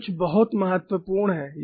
यह कुछ बहुत महत्वपूर्ण है